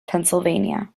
pennsylvania